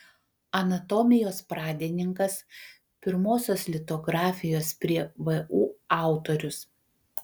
anatomijos pradininkas pirmosios litografijos prie vu autorius